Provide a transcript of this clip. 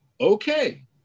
okay